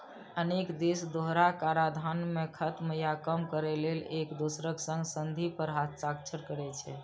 अनेक देश दोहरा कराधान कें खत्म या कम करै लेल एक दोसरक संग संधि पर हस्ताक्षर करै छै